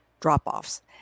drop-offs